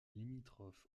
limitrophe